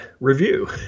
review